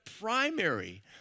primary